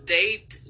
date